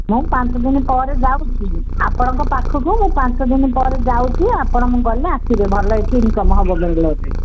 ମୁଁ ପାଞ୍ଚଦିନ ପରେ ଯାଉଛି ଆପଣଙ୍କ ପାଖକୁ ମୁଁ ପାଞ୍ଚଦିନ ପରେ ଯାଉଛି ଆପଣ ମୁଁ ଗଲେ ଆସିବେ ଭଲ ଏଠି ଇନକମ୍ ହବ ବାଙ୍ଗାଲୋରରେ